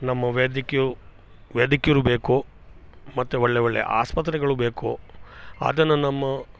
ನಮ್ಮ ವೈದ್ಯಕೀಯವು ವೈದ್ಯಕೀಯರು ಬೇಕು ಮತ್ತು ಒಳ್ಳೆಯ ಒಳ್ಳೆಯ ಆಸ್ಪತ್ರೆಗಳು ಬೇಕು ಅದನ್ನು ನಮ್ಮ